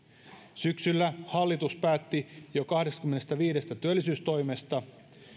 syksyllä hallitus päätti jo kahdestakymmenestäviidestä työllisyystoimesta